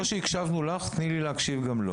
כמו שהקשבנו לך, תני לי להקשיב גם לו.